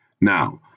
Now